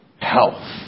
health